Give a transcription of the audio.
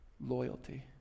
Loyalty